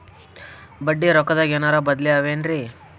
ಬಡ್ಡಿ ರೊಕ್ಕದಾಗೇನರ ಬದ್ಲೀ ಅವೇನ್ರಿ?